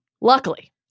Luckily